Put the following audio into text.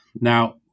Now